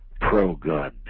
pro-gun